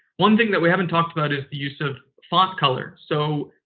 one thing that we haven't talked about is the use of font color. so,